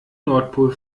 nordpol